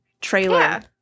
trailer